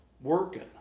working